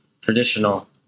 traditional